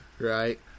right